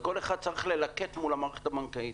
כל אחד צריך ללקט מול המערכת הבנקאית.